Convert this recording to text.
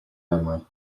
memory